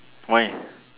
why